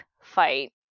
fight